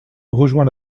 rejoint